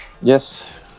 Yes